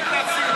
תפסיק להסית.